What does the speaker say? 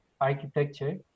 architecture